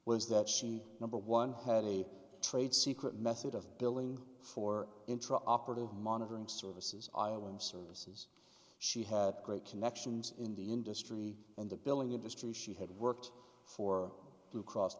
was that she number one had a trade secret method of billing for intra operative monitoring services when services she had great connections in the industry and the billing industry she had worked for blue cross